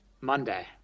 monday